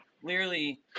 clearly